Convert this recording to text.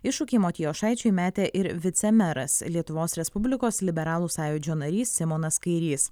iššūkį motiejušaičiui metė ir vicemeras lietuvos respublikos liberalų sąjūdžio narys simonas kairys